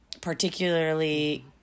particularly